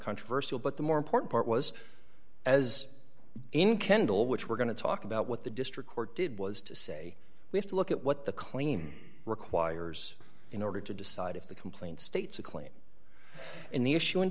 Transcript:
controversial but the more important part was as in kendall which we're going to talk about what the district court did was to say we have to look at what the claim requires in order to decide if the complaint states a claim and the issue in